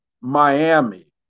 Miami